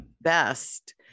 best